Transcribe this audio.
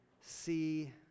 see